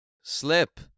Slip